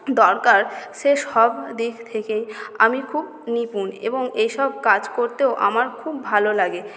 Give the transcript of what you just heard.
দরকার সে সবদিক থেকেই আমি খুব নিপুণ এবং এসব কাজ করতেও আমার খুব ভালো লাগে